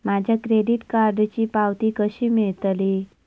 माझ्या क्रेडीट कार्डची पावती कशी मिळतली?